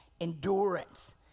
endurance